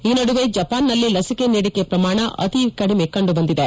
ಈ ನಡುವೆ ಜಪಾನ್ನಲ್ಲಿ ಲಸಿಕೆ ನೀಡಿಕೆ ಪ್ರಮಾಣ ಅತಿ ಕಡಿಮೆಯಿದೆ